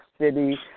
City